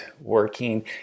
working